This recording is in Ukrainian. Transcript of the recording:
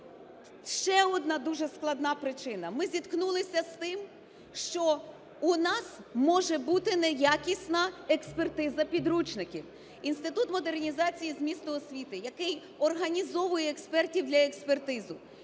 Ще одна дуже складна причина. Ми зіткнулися з тим, що у нас може бути неякісна експертиза підручників. Інститут модернізації змісту освіти, який організовує експертів для експертизи,